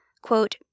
Quote